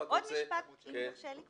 עוד משפט, אם יורשה לי: